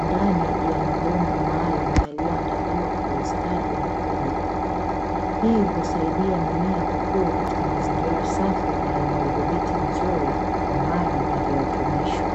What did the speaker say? ndani ya mabomba maalumu yaliyoandaliwa kwa ustadi mkubwa, hii husaidia mimea kukua katika mazingira safi na yenye udhibiti mzuri wa maji na virutubisho.